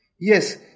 yes